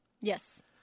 Yes